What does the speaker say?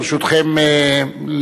ברשותכם,